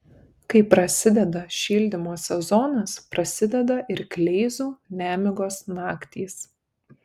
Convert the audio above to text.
kai prasideda šildymo sezonas prasideda ir kleizų nemigos naktys